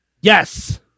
Yes